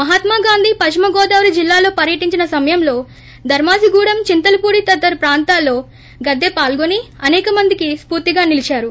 మహాత్మాగాంధీ పశ్చిమగోదావరి జిల్లాలో పర్యటించిన సమయంలో ధర్మాజిగూడెం చింతలపూడి తదితర ప్రాంతాలలో గద్దే పాల్గొని అసేక మందికి స్పూరిగా నిలీచారు